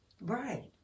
Right